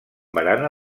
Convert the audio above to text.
barana